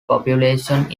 population